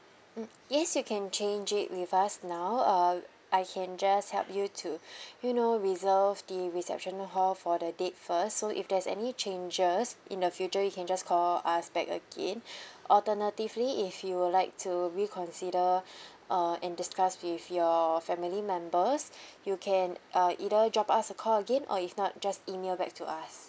mm yes you can change it with us now uh I can just help you to you know reserve the reception hall for the date first so if there's any changes in the future you can just call us back again alternatively if you would like to reconsider uh and discuss with your family members you can uh either drop us a call again or if not just email back to us